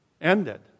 ended